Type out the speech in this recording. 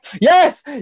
Yes